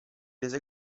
rese